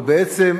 אבל בעצם,